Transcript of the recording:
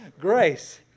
grace